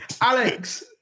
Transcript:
Alex